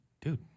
dude